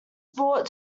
brought